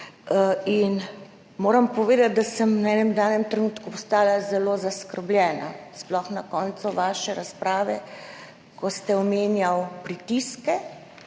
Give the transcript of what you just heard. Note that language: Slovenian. in moram povedati, da sem v enem danem trenutku postala zelo zaskrbljena, sploh na koncu vaše razprave, ko ste omenjal pritiske,